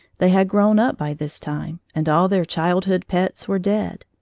they had grown up by this time, and all their childhood pets were dead.